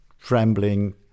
trembling